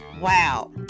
wow